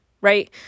Right